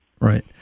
right